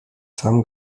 sam